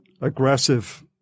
aggressive